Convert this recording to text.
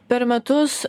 per metus